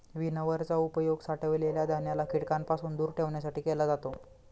winnower चा उपयोग साठवलेल्या धान्याला कीटकांपासून दूर ठेवण्यासाठी केला जातो